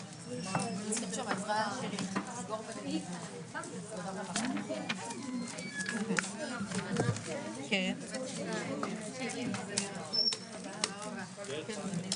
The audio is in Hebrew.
12:35.